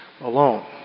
alone